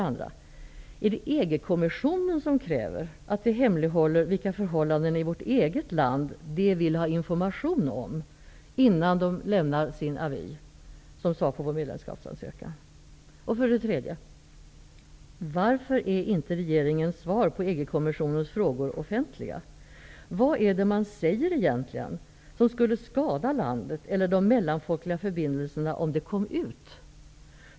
Är det EG-kommissionen som kräver att vi hemlighåller vilka förhållanden i vårt eget land man vill ha information om innan man lämnar sin avi som svar på vår medlemskapsansökan? Varför är inte regeringens svar på EG-kommissionens frågor offentliga? Vad är det man säger egentligen, som skulle kunna skada landet eller de mellanfolkliga förbindelserna om det kom ut?